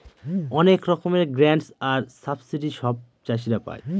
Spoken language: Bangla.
অনেক রকমের গ্রান্টস আর সাবসিডি সব চাষীরা পাই